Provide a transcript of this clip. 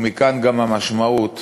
ומכאן, גם המשמעות